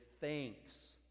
thanks